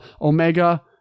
Omega